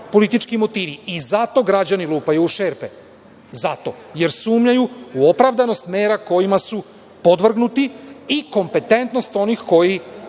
politički motivi. Zato građani lupaju u šerpe, zato, jer sumnjaju u opravdanost mera kojima su podvrgnuti i kompetentnost onih koji